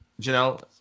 Janelle